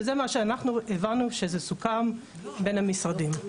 וזה מה שאנחנו הבנו שזה סוכם בין המשרדים.